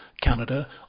Canada